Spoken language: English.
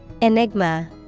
Enigma